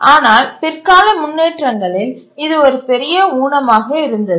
ஆனால் பிற்கால முன்னேற்றங்களில் இது ஒரு பெரிய ஊனமாக இருந்தது